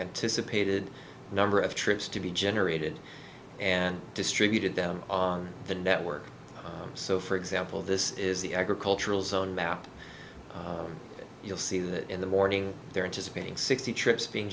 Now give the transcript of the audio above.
anticipated number of trips to be generated and distributed them on the network so for example this is the agricultural zone map you'll see that in the morning there it is being sixty trips being